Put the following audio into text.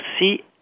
see